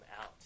out